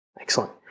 Excellent